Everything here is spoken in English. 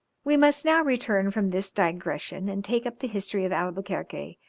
we must now return from this digression and take up the history of albuquerque,